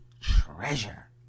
treasure